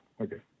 okay